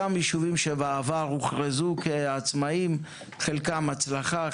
לגבי יישובים שבעבר הוכרזו עצמאים - חלקם הצלחה,